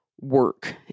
work